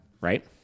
Right